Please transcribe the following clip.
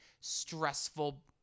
stressful –